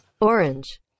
Orange